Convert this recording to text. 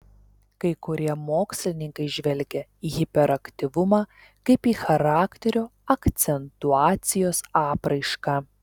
kai kurie mokslininkai žvelgia į hiperaktyvumą kaip į charakterio akcentuacijos apraišką